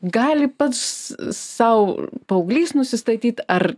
gali pats sau paauglys nusistatyti ar